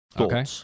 Okay